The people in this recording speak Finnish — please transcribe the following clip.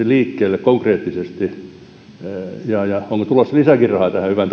liikkeelle konkreettisesti onko tulossa lisääkin rahaa tähän hyvään